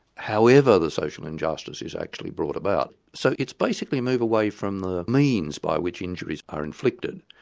however the social injustice is actually brought about. so it's basically a move away from the means by which injuries are inflicted,